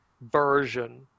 version